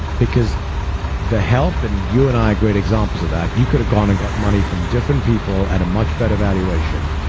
because the help, and you and i are great examples of that, you could have gone and got money from different people at a much better valuation,